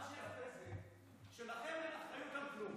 מה שיפה זה שלכם אין אחריות לכלום.